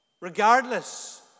regardless